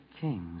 King's